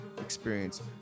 Experience